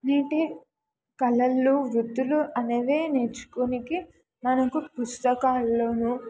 నేటి కళలు వృత్తులు అనేవి నేర్చుకోవటానికి మనకు పుస్తకాల్లోనూ